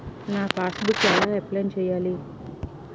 నా passbook ఎలా update చేయాలి?